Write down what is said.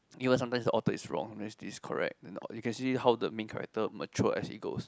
you know sometimes the author is wrong then this correct then you can see how the main character mature as it goes